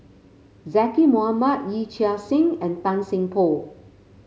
Zaqy Mohamad Yee Chia Hsing and Tan Seng Poh